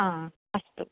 आ अस्तु अस्तु